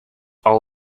all